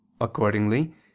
accordingly